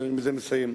ועם זה אני אסיים.